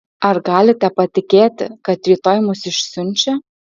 ar galite patikėti kad rytoj mus išsiunčia